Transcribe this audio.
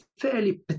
fairly